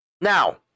Now